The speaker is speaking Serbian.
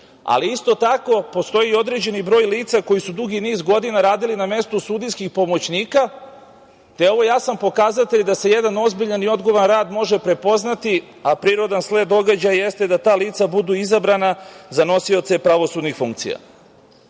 ali isto tako postoji određeni broj lica koji su dugi niz godina radili na mestu sudijskih pomoćnika, te je ovo jasan pokazatelj da se jedan ozbiljan i odgovoran rad može prepoznati, a prirodan slet događaja jeste da ta lica budu izabrana za nosioce pravosudnih funkcija. Građane